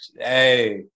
Hey